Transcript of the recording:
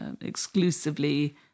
exclusively